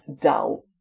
dull